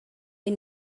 you